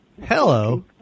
Hello